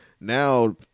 Now